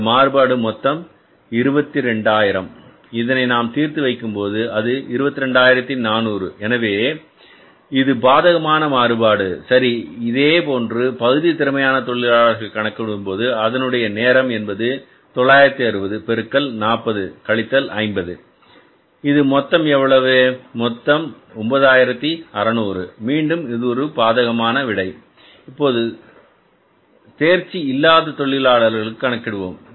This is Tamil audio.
இந்த மாறுபாடு மொத்தம் ரூபாய் 22000 இதை நாம் தீர்த்து வைக்கும் போது அது 22400 எனவே இது பாதகமான மாறுபாடு சரி இதேபோன்று பகுதி திறமையான தொழிலாளர்களுக்கு கணக்கிடும்போது அதனுடைய நேரம் என்பது 960 பெருக்கல் 40 கழித்தல் 50 இது மொத்தம் எவ்வளவு இது மொத்தம் 9600 மீண்டும் இது ஒரு பாதகமான விடை சரி இப்போது தேர்ச்சி இல்லாத தொழிலாளர்களுக்கு கணக்கிடுவோம்